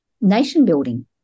nation-building